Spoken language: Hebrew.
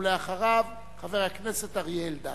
אחריו, חבר הכנסת אריה אלדד.